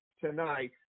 tonight